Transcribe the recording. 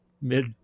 mid